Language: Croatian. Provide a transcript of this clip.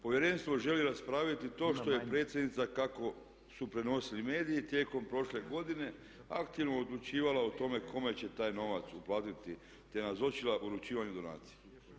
Povjerenstvo želi raspraviti to što je predsjednica kako su prenosili mediji tijekom prošle godine aktivno odlučivala o tome kome će taj novac uplatiti te nazočila uručivanju donacije.